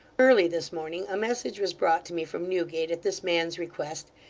early this morning, a message was brought to me from newgate, at this man's request,